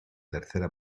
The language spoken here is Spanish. tercera